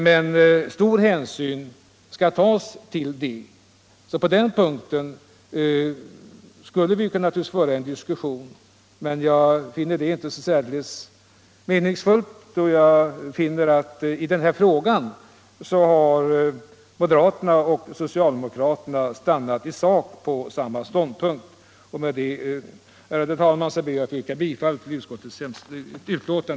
Men stor hänsyn skall tas till det kommunala intresset. På den punkten skulle vi naturligtvis kunna föra en diskussion, men jag finner det inte särdeles meningsfullt. I den här frågan intar moderaterna och socialdemokraterna i sak samma ståndpunkt. Med det anförda, ärade fru talman, ber jag att få yrka bifall till utskottets hemställan.